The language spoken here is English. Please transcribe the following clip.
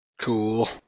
Cool